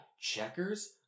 Checkers